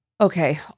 Okay